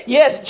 Yes